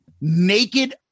Naked